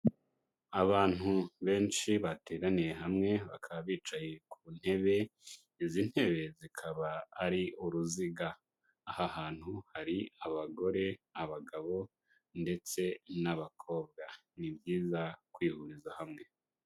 Abantu benshi bateraniye hamwe, bakaba bicaye ku ntebe, izi ntebe zikaba ari uruziga. Aha hantu hari abagore, abagabo ndetse n'abakobwa. Ni byiza kwihuriza hamwe.